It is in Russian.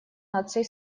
наций